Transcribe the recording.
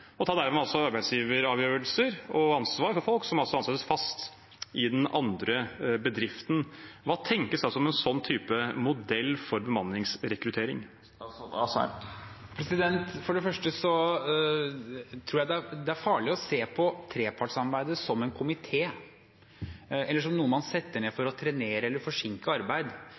og dermed også tar arbeidsgiveravgjørelser og ansvar for folk som altså ansettes fast i den andre bedriften. Hva tenker statsråden om en sånn type modell for bemanningsrekruttering? For det første tror jeg det er farlig å se på trepartssamarbeidet som en komité, eller som noe man setter ned for å trenere eller forsinke arbeid.